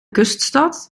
kuststad